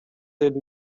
эли